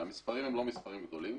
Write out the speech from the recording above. המספרים הם לא מספרים גדולים.